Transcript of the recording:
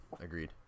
agreed